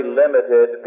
limited